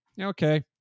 okay